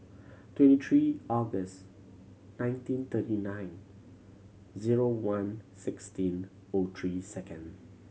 twenty three August nineteen thirty nine zero one sixteen O three second